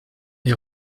est